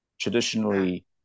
traditionally